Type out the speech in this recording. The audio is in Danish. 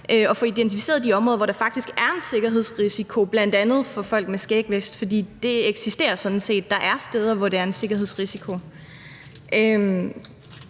og få identificeret de områder, hvor der faktisk er en sikkerhedsrisiko, bl.a. for folk med skægvækst – for det eksisterer sådan set; der er steder, hvor det er en sikkerhedsrisiko.